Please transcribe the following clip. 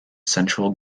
central